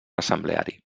assembleari